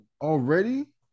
Already